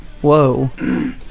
Whoa